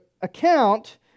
account